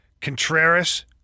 Contreras